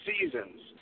seasons